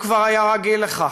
הוא כבר היה רגיל לכך.